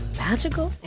magical